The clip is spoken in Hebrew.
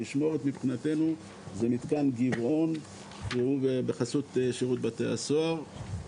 המשמורת מבחינתנו זה מתקן גבעון שהוא בחסות שרות בתי הסוהר,